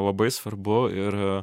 labai svarbu ir